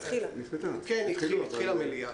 התחילה המליאה.